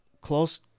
close